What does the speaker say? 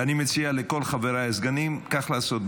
אני מציע לכל חבריי הסגנים כך לעשות,